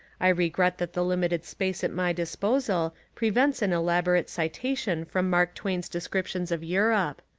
i regret that the limited space at my disposal prevents an elaborate citation from mark twain's descriptions of europe.